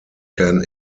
can